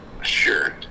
Sure